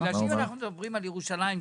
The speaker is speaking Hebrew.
אנו מדברים על ירושלים,